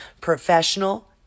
Professional